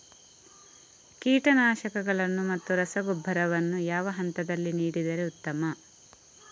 ಕೀಟನಾಶಕಗಳನ್ನು ಮತ್ತು ರಸಗೊಬ್ಬರವನ್ನು ಯಾವ ಹಂತದಲ್ಲಿ ನೀಡಿದರೆ ಉತ್ತಮ?